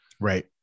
Right